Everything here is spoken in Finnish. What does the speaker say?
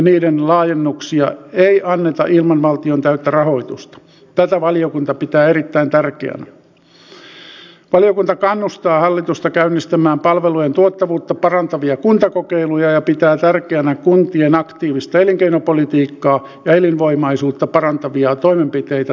tietenkään se ei saa tarkoittaa sitä että jos valtiovalta joutuu säästöjen takia vetäytymään niin sitten laitetaan kunta ja pitää tärkeänä kuntien aktiivista elinkeinopolitiikkaa elinvoimaisuutta parantavia toimenpiteitä